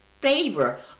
favor